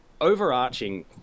overarching